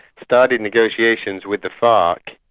started negotiations with the farc,